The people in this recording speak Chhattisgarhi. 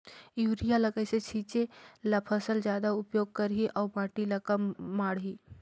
युरिया ल कइसे छीचे ल फसल जादा उपयोग करही अउ माटी म कम माढ़ही?